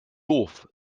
doof